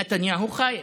נתניהו חאייף,